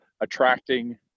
attracting